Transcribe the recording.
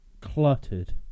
cluttered